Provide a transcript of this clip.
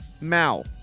Mao